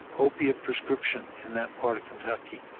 opiate prescription in that part of kentucky,